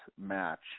match